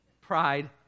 Pride